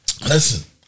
Listen